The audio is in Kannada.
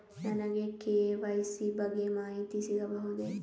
ನನಗೆ ಕೆ.ವೈ.ಸಿ ಬಗ್ಗೆ ಮಾಹಿತಿ ಸಿಗಬಹುದೇ?